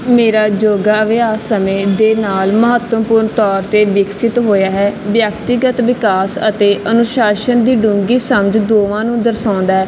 ਮੇਰਾ ਯੋਗਾ ਅਭਿਆਸ ਸਮੇਂ ਦੇ ਨਾਲ ਮਹੱਤਵਪੂਰਨ ਤੌਰ 'ਤੇ ਵਿਕਸਿਤ ਹੋਇਆ ਹੈ ਵਿਅਕਤੀਗਤ ਵਿਕਾਸ ਅਤੇ ਅਨੁਸ਼ਾਸਨ ਦੀ ਡੂੰਘੀ ਸਮਝ ਦੋਵਾਂ ਨੂੰ ਦਰਸਾਉਂਦਾ ਹੈ